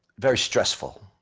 very stressful.